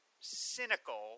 cynical